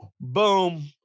boom